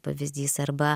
pavyzdys arba